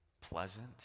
pleasant